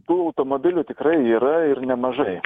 tų automobilių tikrai yra ir nemažai